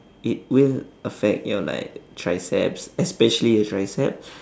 it will affect your like triceps especially your triceps